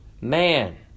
man